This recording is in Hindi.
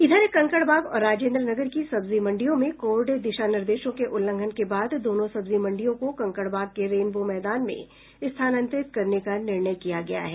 इधर कंकड़बाग और राजेन्द्र नगर की सब्जी मंडियों में कोविड दिशा निर्देशों के उल्लंघन के बाद दोनों सब्जी मंडियों को कंकड़बाग के रेनबो मैदान में स्थानांतरित करने का निर्णय किया गया है